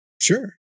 Sure